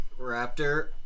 Raptor